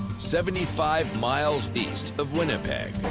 seventy five miles east of winnipeg.